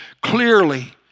Clearly